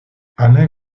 alain